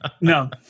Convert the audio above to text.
No